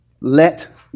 Let